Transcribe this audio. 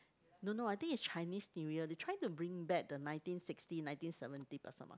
no no I think it's Chinese New Year they try to bring back the nineteen sixty nineteen seventy Pasar Malam